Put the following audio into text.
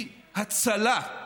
היא הצלה,